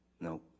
No